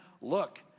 look